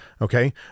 Okay